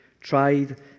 tried